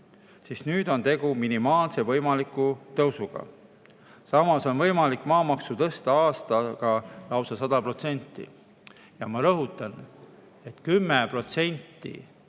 siis nüüd on tegu minimaalse võimaliku tõusuga. Samas on võimalik maamaksu tõsta aastaga lausa 100%. Ja ma rõhutan, et 10%